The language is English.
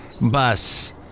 bus